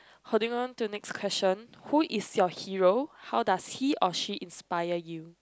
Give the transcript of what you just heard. holding on to next question who is your hero how does he or she inspire you